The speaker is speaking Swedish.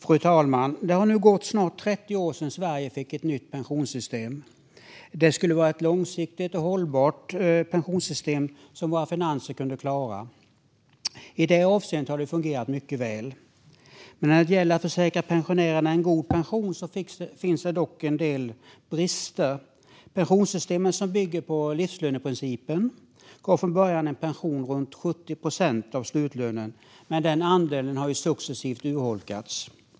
Fru talman! Det har nu gått snart 30 år sedan Sverige fick ett nytt pensionssystem. Det skulle vara ett långsiktigt och hållbart pensionssystem som våra finanser kunde klara. I det avseendet har det fungerat mycket väl. Men när det gäller att tillförsäkra pensionärerna en god pension finns det en del brister. Pensionssystemen, som bygger på livslöneprincipen, gav från början en pension på runt 70 procent av slutlönen, men den andelen har successivt urholkats.